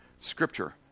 Scripture